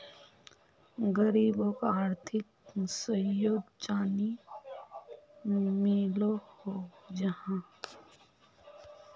गरीबोक आर्थिक सहयोग चानी मिलोहो जाहा?